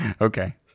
Okay